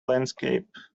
landscape